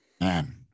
man